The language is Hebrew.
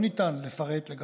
לאיזה ועדה זה